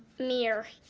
meir,